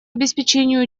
обеспечению